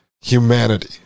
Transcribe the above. humanity